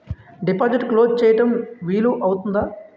డిపాజిట్లు క్లోజ్ చేయడం వీలు అవుతుందా?